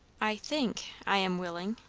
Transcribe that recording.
i think i am willing,